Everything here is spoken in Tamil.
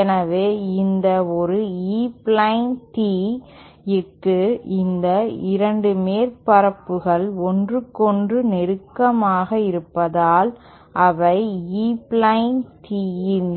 எனவே இந்த ஒரு E பிளேன் Tee க்கு இந்த 2 மேற்பரப்புகள் ஒன்றுக்கொன்று நெருக்கமாக இருப்பதால் அவை E பிளேன் Tee இல்